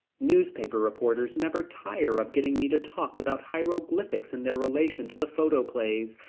newspaper reporters never tire of getting me to talk about hieroglyphics in their relation to the photoplays,